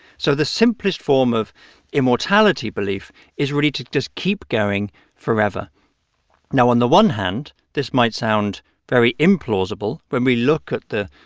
so the simplest form of immortality belief is really to just keep going forever now, on the one hand, this might sound very implausible when we look at the